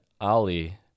Ali